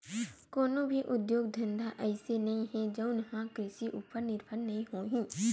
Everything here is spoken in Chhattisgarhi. कोनो भी उद्योग धंधा अइसे नइ हे जउन ह कृषि उपर निरभर नइ होही